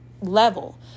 level